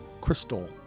crystal